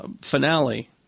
finale